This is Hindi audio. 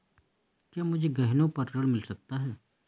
क्या मुझे गहनों पर ऋण मिल सकता है?